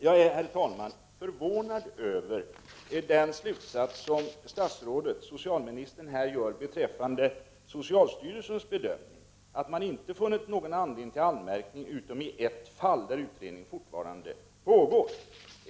Jag är, herr talman, förvånad över den slutsats som socialministern här drar beträffande socialstyrelsens bedömning, att man ”inte funnit någon anledning till anmärkning, utom i ett fall där utredning fortfarande pågår”.